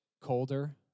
colder